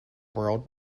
world